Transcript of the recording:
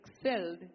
excelled